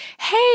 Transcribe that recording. Hey